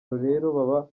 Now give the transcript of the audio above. baba